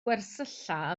gwersylla